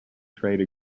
trade